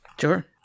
Sure